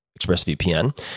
ExpressVPN